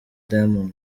diamond